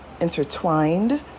intertwined